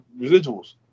residuals